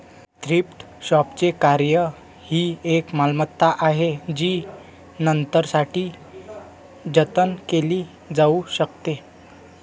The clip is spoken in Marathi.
थ्रिफ्ट शॉपचे कार्य ही एक मालमत्ता आहे जी नंतरसाठी जतन केली जाऊ शकते